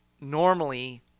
normally